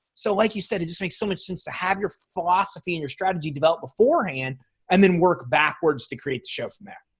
so like you said it just makes so much sense to have your philosophy and your strategy develop beforehand and then work backwards to create a show from there.